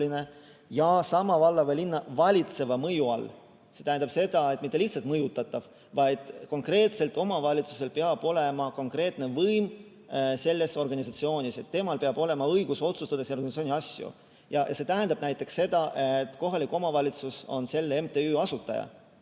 –, sama valla või linna valitseva mõju all. See tähendab seda, et mitte lihtsalt mõjutatav, vaid konkreetselt omavalitsusel peab olema konkreetne võim selles organisatsioonis. Temal peab olema õigus otsustada selle organisatsiooni asju. See tähendab näiteks seda, et kohalik omavalitsus on selle MTÜ asutaja